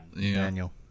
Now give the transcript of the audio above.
Daniel